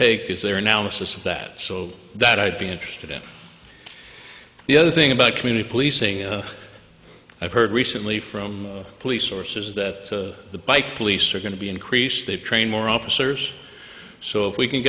take is their analysis of that so that i'd be interested in the other thing about community policing i've heard recently from police sources that the bike police are going to be increased they train more officers so if we can